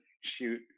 shoot –